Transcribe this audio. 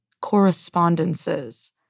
Correspondences